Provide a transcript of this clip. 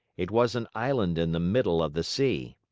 it was an island in the middle of the sea.